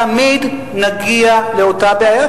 תמיד נגיע לאותה בעיה,